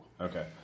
Okay